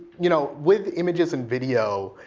you know with images and video,